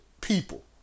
people